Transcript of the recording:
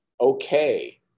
okay